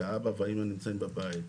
שהאבא והאמא נמצאים בבית.